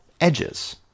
edges